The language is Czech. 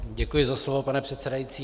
Děkuji za slovo, pane předsedající.